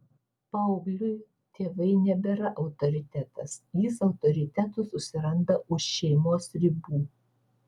paaugliui tėvai nebėra autoritetas jis autoritetų susiranda už šeimos ribų